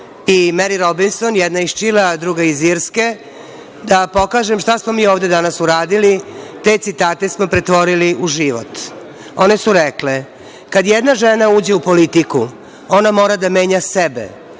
i Meri Robinson, jedne iz Čilea, druge iz Irske, da pokažem šta smo mi ovde danas uradili. Te citate smo pretvorili u život. One su rekle: „Kad jedna žena uđe u politiku, ona mora da menja sebe,